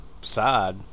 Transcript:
side